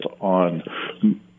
on